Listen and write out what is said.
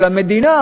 אבל המדינה,